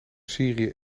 syrië